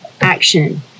action